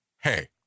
Hey